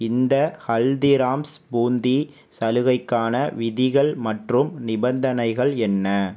இந்த ஹல்திராம்ஸ் பூந்தி சலுகைக்கான விதிகள் மற்றும் நிபந்தனைகள் என்ன